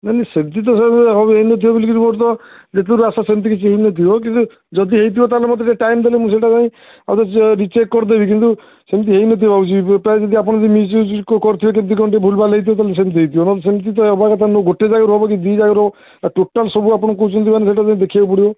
ମାନେ ସେମିତି ତ ହେଇନଥିବ ବୋଲିକରି ମୋର ତ ଯେତେ ଦୂରୁ ଆଶା ସେମିତି କିଛି ହେଇନଥିବ କିନ୍ତୁ ଯଦି ହେଇଥିବ ତା' ହେଲେ ମୋତେ ଟିକେ ଟାଇମ୍ ଦେଲେ ମୁଁ ସେଇଟା ଯାଇ ରିଚେକ୍ କରିଦେବି କିନ୍ତୁ ସେମିତି ହେଇନଥିବ ଭାବୁଛି ପ୍ରାୟ ଯଦି ଆପଣ ଯଦି ମିସ୍ୟୁଜ୍ କରୁଥିବେ କେମିତି କ'ଣ ଟିକେ ଭୁଲ୍ ଭାଲ୍ ହେଇଥିବ ତା' ହେଲେ ସେମିତି ହେଇଥିବ ନହେଲେ ସେମିତି ତ ହେବା କଥା ନୁହଁ ଗୋଟେ ଜାଗାରେ ହେବ କି ଦୁଇ ଜାଗାରେ ହେବ ଆଉ ଟୋଟାଲ୍ ସବୁ ଆପଣ କହୁଛନ୍ତି ମାନେ ସେଇଟା ଯାଇ ଦେଖିବାକୁ ପଡ଼ିବ